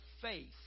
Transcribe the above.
faith